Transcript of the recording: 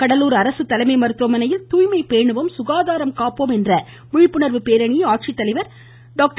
கடலூர் அரசு தலைமை மருத்துவமனையில் தூய்மை பேணுவோம் சுகாதாரம் காப்போம் என்ற விழிப்புணா்வு பேரணியை ஆட்சித்தலைவா் திரு